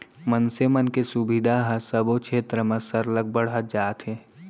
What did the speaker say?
मनसे मन के सुबिधा ह सबो छेत्र म सरलग बढ़त जात हे